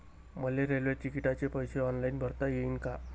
मले रेल्वे तिकिटाचे पैसे ऑनलाईन भरता येईन का?